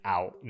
Out